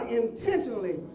intentionally